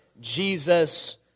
Jesus